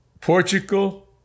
Portugal